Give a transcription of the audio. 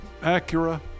Acura